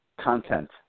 content